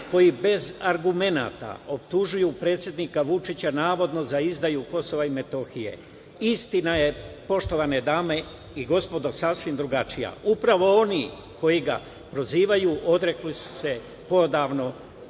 koji bez argumenata optužuju predsednika Vučića navodno za izdaju KiM. Istina je poštovane dame i gospodo sasvim drugačija, upravo oni koji ga prozivaju, odrekli su se poodavno